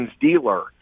dealer